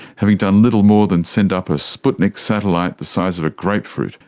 having done little more than send up a sputnik satellite the size of a grapefruit.